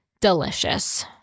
delicious